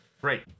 Great